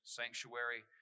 sanctuary